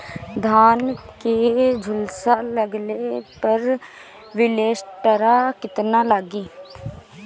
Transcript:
धान के झुलसा लगले पर विलेस्टरा कितना लागी?